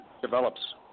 develops